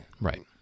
right